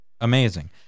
amazing